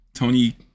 Tony